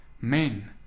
men